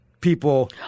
people